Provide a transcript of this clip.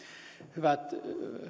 hyvät